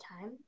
time